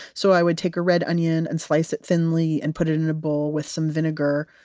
so i would take a red onion and slice it thinly, and put it in a bowl with some vinegar,